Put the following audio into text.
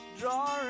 Drawing